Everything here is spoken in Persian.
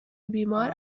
بیمار